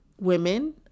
women